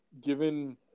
given